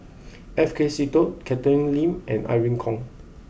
F K Seetoh Catherine Lim and Irene Khong